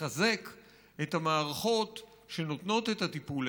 נחזק את המערכות שנותנות את הטיפול,